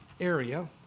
area